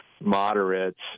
moderates